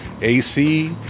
AC